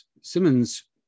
Simmons